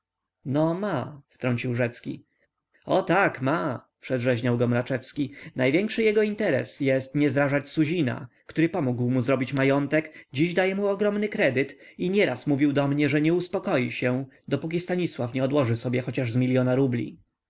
no ma wtrącił rzecki o tak ma przedrzeźniał go mraczewski największy jego interes jest nie zrażać suzina który pomógł mu zrobić majątek dziś daje mu ogromny kredyt i nieraz mówił do mnie że nie uspokoi się dopóki stanisław nie odłoży sobie choć z milion rubli